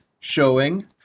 showing